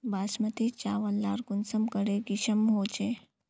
बासमती चावल लार कुंसम करे किसम होचए?